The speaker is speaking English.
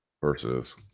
versus